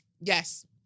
Yes